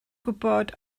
gwybod